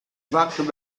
walked